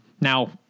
now